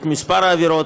את מספר העבירות,